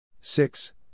six